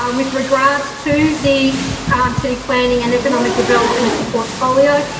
um with regards to the city planning and economic development portfolio,